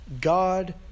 God